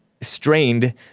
strained